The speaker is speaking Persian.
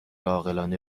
عاقلانه